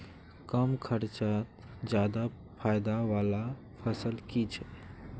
कम खर्चोत ज्यादा फायदा वाला फसल की छे?